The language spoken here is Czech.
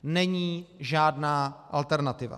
Není žádná alternativa.